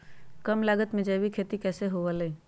कम लागत में जैविक खेती कैसे हुआ लाई?